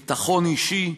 ביטחון אישי,